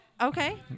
Okay